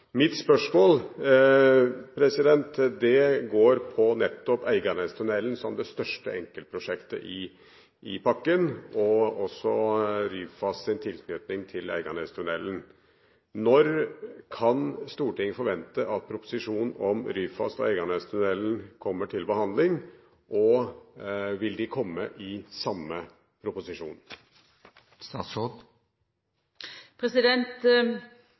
Mitt spørsmål går på nettopp Eiganestunnelen som det største enkeltprosjektet i pakken, og også Ryfasts tilknytning til Eiganestunnelen. Når kan Stortinget forvente at proposisjon om Ryfast og Eiganestunnelen kommer til behandling? Og vil de komme i